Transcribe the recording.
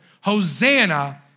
Hosanna